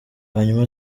hanyuma